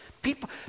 People